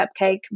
cupcake